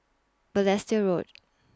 Balestier Road